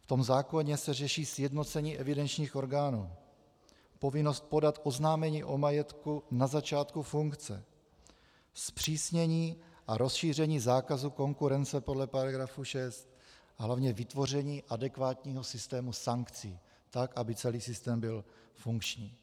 V tom zákoně se řeší sjednocení evidenčních orgánů, povinnost podat oznámení o majetku na začátku funkce, zpřísnění a rozšíření zákazu konkurence podle § 6, hlavně vytvoření adekvátního systému sankcí, tak aby celý systém byl funkční.